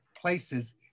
places